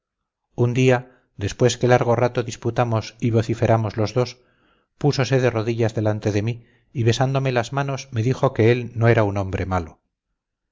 un día después que largo rato disputamos y vociferamos los dos púsose de rodillas delante de mí y besándome las manos me dijo que él no era un hombre malo